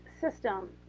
system